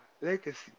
Legacy